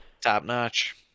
Top-notch